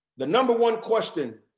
the number one question,